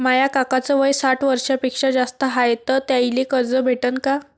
माया काकाच वय साठ वर्षांपेक्षा जास्त हाय तर त्याइले कर्ज भेटन का?